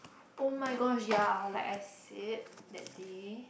[oh]-my-gosh ya like I said that day